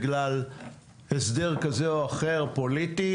בגלל הסדר כזה או אחר פוליטי,